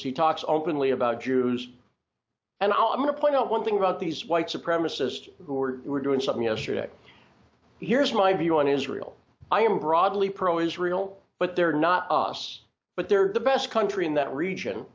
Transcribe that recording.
jews he talks on openly about jews and i'm going to point out one thing about these white supremacists who are were doing something yesterday here's my view on israel i am broadly pro israel but they're not us but they're the best country in that region